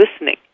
listening